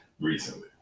recently